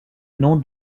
nom